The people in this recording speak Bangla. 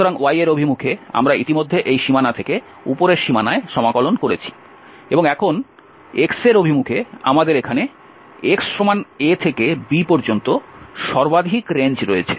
সুতরাং y এর অভিমুখে আমরা ইতিমধ্যে এই সীমানা থেকে উপরের সীমানায় সমাকলন করেছি এবং এখন x এর অভিমুখে আমাদের এখানে x a থেকে b পর্যন্ত সর্বাধিক রেঞ্জ রয়েছে